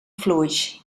fluix